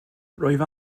rwyf